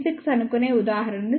6 అనుకునే ఉదాహరణను చూద్దాం